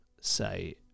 say